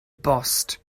bost